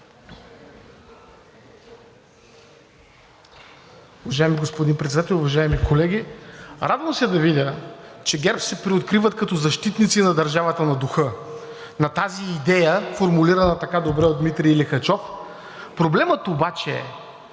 Уважаеми господин Председател, уважаеми колеги! Радвам се да видя, че ГЕРБ се преоткриват като защитници на държавата на духа, на тази идея, формулирана така добре от Дмитрий Лихачов, проблемът обаче е,